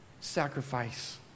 sacrifice